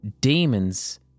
demons